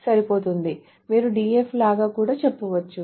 మీరు DEF లాగా కూడా చెప్పవచ్చు